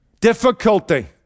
difficulty